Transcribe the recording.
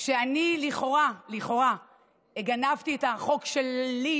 תיעשה העברה של תחום ההתמכרויות לקופות החולים,